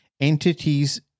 entities